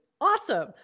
awesome